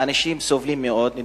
אנשים סובלים מאוד,